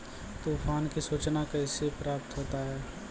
तुफान की सुचना कैसे प्राप्त होता हैं?